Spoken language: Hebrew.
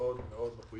מאוד מאוד מחויבת